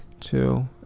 two